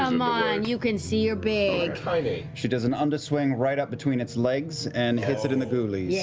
um um you can see you're big. kind of liam she does an underswing right up between its legs and hits it in the goolies. yeah